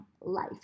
life